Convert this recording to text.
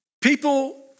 People